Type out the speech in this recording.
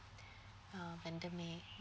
uh pandemic